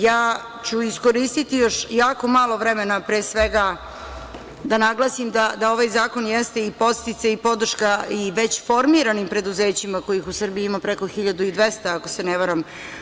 Ja ću iskoristiti još jako malo vremena, pre svega, da naglasim da ovaj zakon jeste i podsticaj i podrška i već formiranim preduzećima kojih u Srbiji ima preko 1.200, ako se ne varam.